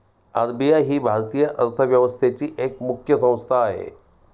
RBI ही भारतीय अर्थव्यवस्थेची एक मुख्य संस्था आहे